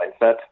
mindset